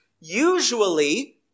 usually